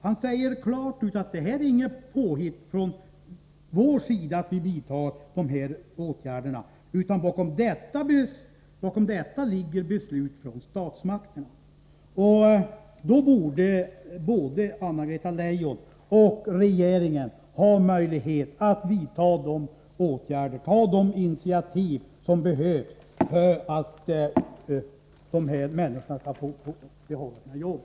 Han säger vidare att detta inte är något påhitt från deras sida utan att det bakom detta ligger beslut av statsmakterna. Då borde både Anna-Greta Leijon och regeringen i övrigt ha möjlighet att vidta de åtgärder och ta de initiativ som behövs för att dessa människor skall få behålla sina jobb.